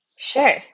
Sure